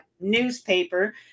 newspaper